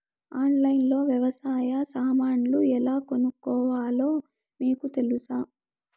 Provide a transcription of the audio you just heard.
ఆన్లైన్లో లో వ్యవసాయ సామాన్లు ఎలా కొనుక్కోవాలో మీకు తెలుసా?